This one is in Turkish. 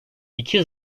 i̇ki